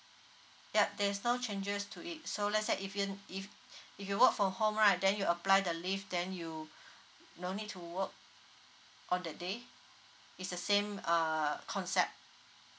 yup there's no changes to it so let's say if you if if you work from home right then you apply the leave then you no need to work on that day it's the same uh concept